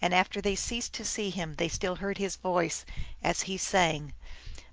and after they ceased to see him, they still heard his voice as he sang